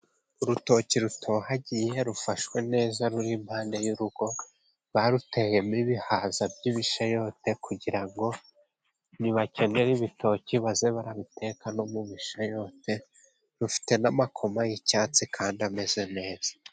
Urutoki rutohagiye rufashwe neza ruri impande y'urugo, baruteyemo ibihaza by'ibishayote, kugira ngo nibakenera ibitoki bajye babiteka no mu bishayote. Rufite n'amakoma y'icyatsi kandi ameze neza.